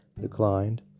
declined